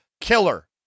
killer